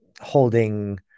holding